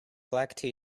black